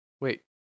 Wait